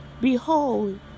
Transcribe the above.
Behold